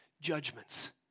judgments